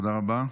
תודה רבה.